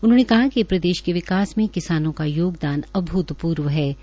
उन्होंने कहा कि प्रदेश के विकास में किसानों का योगदान अभूतपूर्वहै